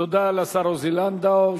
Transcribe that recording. תודה לשר עוזי לנדאו,